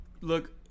look